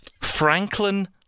Franklin